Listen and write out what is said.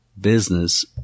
business